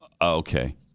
Okay